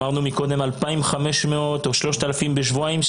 דיברנו קודם על 2,500-3,000 בשבועיים,